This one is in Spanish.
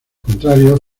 contrario